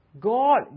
God